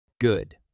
Good